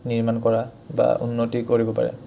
নিৰ্মাণ কৰা বা উন্নতি কৰিব পাৰে